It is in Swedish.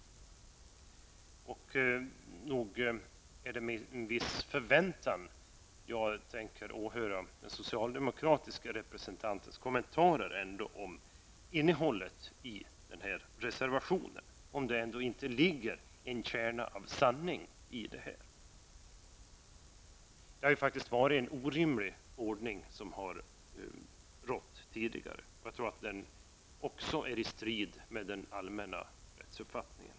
Nog är det med en viss förväntan som jag kommer att åhöra den socialdemokratiska representantens kommentar till innehållet i den här reservationen och se om det ändå inte ligger en kärna av sanning i vad jag här säger. Det har faktiskt varit en orimlig ordning som här tidigare har rått. Jag tror också att detta står i strid med den allmänna rättsuppfattningen.